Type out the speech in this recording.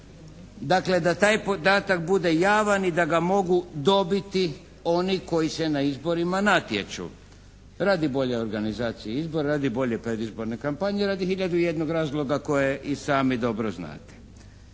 Dakle da taj podatak bude javan i da ga mogu dobiti oni koji se na izborima natječu, radi bolje organizacije izbora, radi bolje predizborne kampanje, radi hiljadu i jednog razloga kojeg i sami dobro znate.